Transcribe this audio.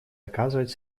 оказывать